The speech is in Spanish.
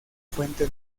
fuente